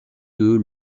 deux